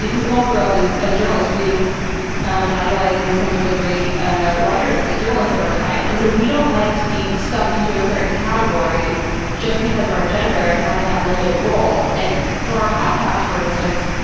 and we all grow up, as as journalists, reading and idolizing some of the great ah writers, journalists of our time. and so, we don't like to be stuffed into a certain category just because of our gender, and having that limited role. and for our podcast, for instance,